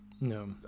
No